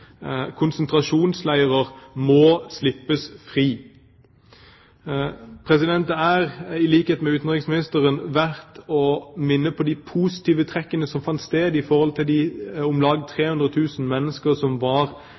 konsentrasjonsleirer, må slippes fri. I likhet med utenriksministeren synes jeg det er verdt å minne om de positive trekkene som fant sted for de om lag 300 000 mennesker som var